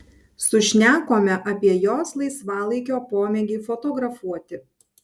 sušnekome apie jos laisvalaikio pomėgį fotografuoti